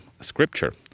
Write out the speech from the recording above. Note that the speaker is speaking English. scripture